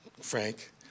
Frank